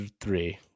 three